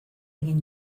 egin